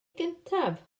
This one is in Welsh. gyntaf